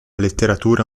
letteratura